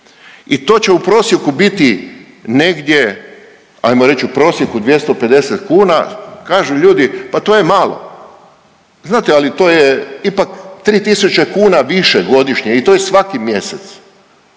I to će u prosjeku biti negdje, hajmo reći u prosjeku 250 kuna. Kažu ljudi pa to je malo, znate ali to je ipak 3000 kuna više godišnje i to je svaki mjesec.